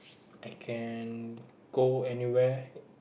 I can go anywhere